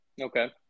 Okay